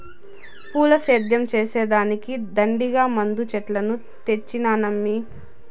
పూల సేద్యం చేసే దానికి దండిగా మందు చెట్లను తెచ్చినానమ్మీ